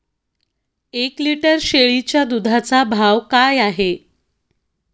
एक लिटर शेळीच्या दुधाचा भाव काय आहे?